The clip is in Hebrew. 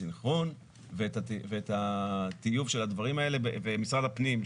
הסנכרון ואת הטיוב של הדברים האלה ומשרד הפנים,